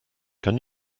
can